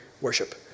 worship